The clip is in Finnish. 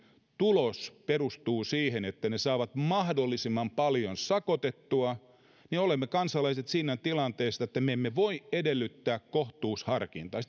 tulos perustuu siihen että ne saavat mahdollisimman paljon sakotettua niin olemme kansalaiset siinä tilanteessa että me emme voi edellyttää kohtuusharkintaa